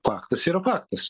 faktas yra faktas